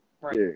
right